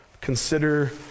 consider